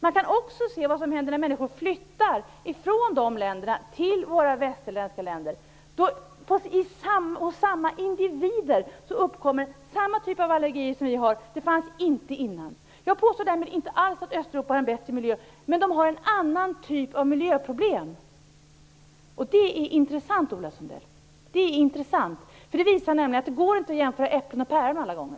Man kan också se vad som händer när människor flyttar från de länderna till våra västerländska länder. Hos samma individer uppkommer samma typ av allergier som vi har. De fanns inte innan. Jag påstår därmed inte alls att Östeuropa har en bättre miljö, men de har en annan typ av miljöproblem. Det är intressant, Ola Sundell. Det är intressant, för det visar nämligen att det inte går att jämföra äpplen och päron alla gånger.